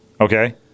okay